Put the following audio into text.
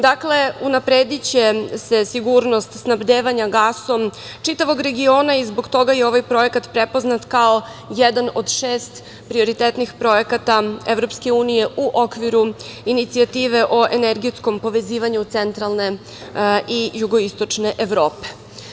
Dakle, unaprediće se sigurnost snabdevanja gasom čitavog regiona i zbog toga je ovaj projekat prepoznat kao jedan od šest prioritetnih projekata EU u okviru inicijative o energetskom povezivanju centralne i jugoistočne Evrope.